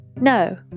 No